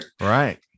Right